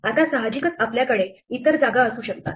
आता सहाजिकच आपल्याकडे इतर जागा असू शकतात